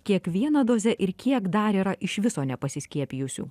kiekviena doze ir kiek dar yra iš viso nepasiskiepijusių